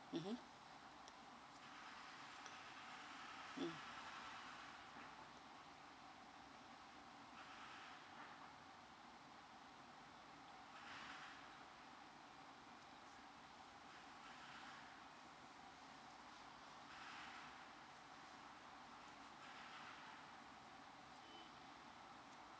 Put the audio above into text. mmhmm mm